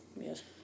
Yes